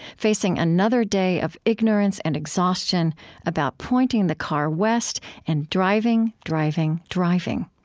facing another day of ignorance and exhaustion, about pointing the car west and driving, driving, driving.